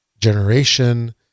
generation